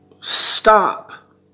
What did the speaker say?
Stop